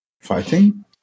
fighting